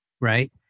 right